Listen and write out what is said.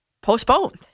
postponed